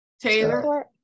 Taylor